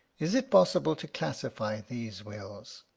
is it possible to classify these wills?